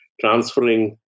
transferring